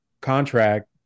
contract